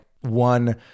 one